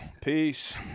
Peace